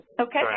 Okay